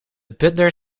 butler